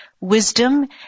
wisdom